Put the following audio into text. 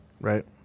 Right